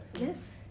Yes